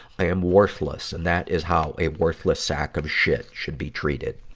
i am worthless, and that is how a worthless sack of shit should be treated.